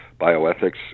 bioethics